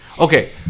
okay